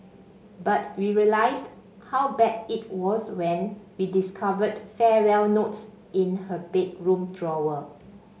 but we realised how bad it was when we discovered farewell notes in her bedroom drawer